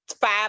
five